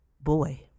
boy